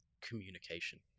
communication